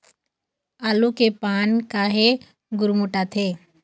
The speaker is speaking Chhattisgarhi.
आलू के पान काहे गुरमुटाथे?